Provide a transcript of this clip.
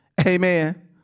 Amen